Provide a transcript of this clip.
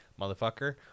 motherfucker